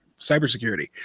cybersecurity